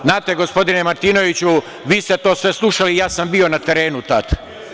Znate, gospodine Martinoviću, vi ste to sve slušali, ja sam bio na terenu tada.